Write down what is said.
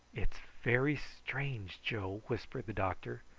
it's very strange, joe, whispered the doctor.